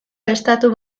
estatu